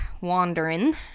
wandering